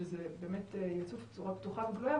שזה יצוף בצורה פתוחה וגלויה.